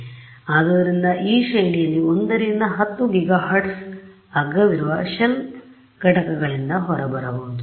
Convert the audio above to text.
4 gigahertz ಆದ್ದರಿಂದ ಈ ಶ್ರೇಣಿಯಲ್ಲಿ 1 ರಿಂದ 10 gigahertz ಅಗ್ಗ ವಿರುವ ಶೆಲ್ಫ್ ಘಟಕಗಳಿಂದ ಹೊರಬರಬಹುದು